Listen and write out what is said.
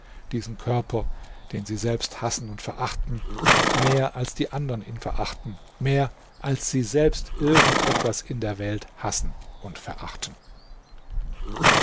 diesen körper den sie selbst hassen und verachten mehr als die andern ihn verachten mehr als sie selbst irgend etwas in der welt hassen und verachten